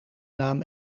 naam